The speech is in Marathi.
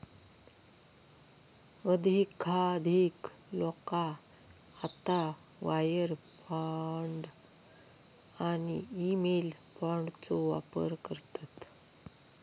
अधिकाधिक लोका आता वायर फ्रॉड आणि ईमेल फ्रॉडचो वापर करतत